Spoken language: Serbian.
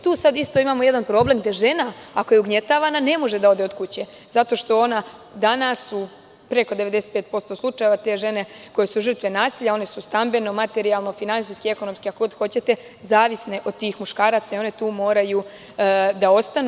Tu sada isto imamo jedan problem gde žena ako je ugnjetavana ne može da ode od kuće zato što ona danas u preko 95% slučajeva, te žene koje su žrtve nasilja one su stambeno materijalno, finansijski, ekonomski, kako god hoćete zavisne od tih muškaraca i one moraju tu da ostanu.